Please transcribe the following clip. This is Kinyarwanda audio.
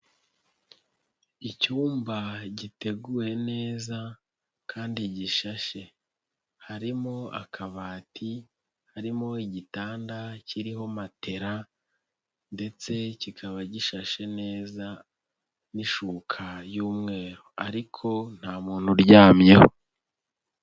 Icyumba giteguwe neza kandi gishashe, harimo akabati, harimo igitanda kiriho matela ndetse kikaba gishashe neza n'ishuka y'umweru ariko nta muntu uryamyeho.